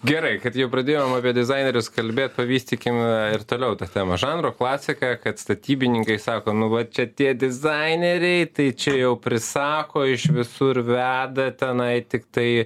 gerai kad jau pradėjom apie dizainerius kalbėt pavystykim ir toliau tas temas žanro klasika kad statybininkai sako nu va čia tie dizaineriai tai čia jau prisako iš visur veda tenai tiktai